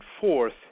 fourth